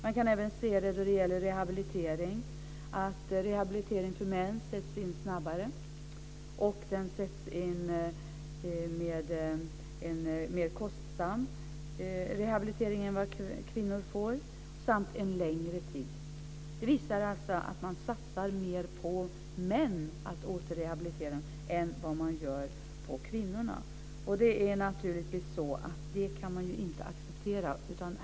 Det syns även i fråga om rehabilitering. Rehabilitering för män sätts in snabbare, är mer kostsam samt ges under en längre tid än för kvinnor. Det visar att det satsas mer på att återrehabilitera män än kvinnor. Det kan inte accepteras.